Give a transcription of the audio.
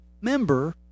member